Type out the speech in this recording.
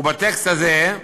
ובטקסט הזה,